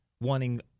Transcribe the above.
wanting